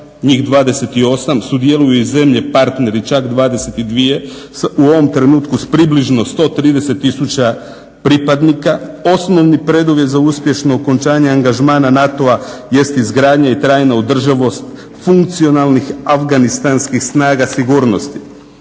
njih 28 sudjeluju zemlje partneri čak 22 u ovom trenutku približno 130 tisuća pripadnika, osnovni preduvjet za uspješno okončanje angažmana NATO-a jest izgradnja i trajna održivost funkcionalnih afganistanskih snaga sigurnosti.